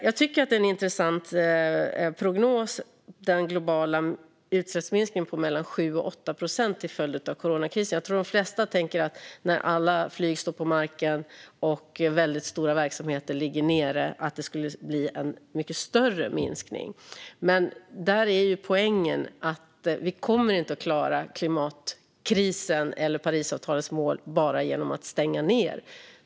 Jag tycker att det är en intressant prognos med den globala utsläppsminskningen på mellan 7 och 8 procent till följd av coronakrisen. Jag tror att de flesta tänker att det skulle bli en mycket större minskning när alla flyg står på marken och väldigt stora verksamheter ligger nere. Men där är poängen att vi inte kommer att klara klimatkrisen eller Parisavtalets mål bara genom att stänga ned.